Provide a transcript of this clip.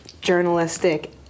journalistic